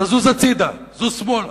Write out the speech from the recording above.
תזוז הצדה, זוז שמאלה.